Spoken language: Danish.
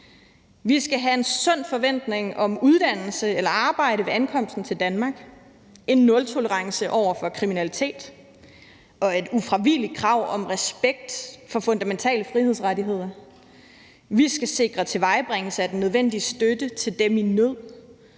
Vi skal have en sund forventning om uddannelse eller arbejde ved ankomsten til Danmark, en nultolerance over for kriminalitet og et ufravigeligt krav om respekt for fundamentale frihedsrettigheder. Vi skal sikre tilvejebringelse af den nødvendige støtte til dem i nød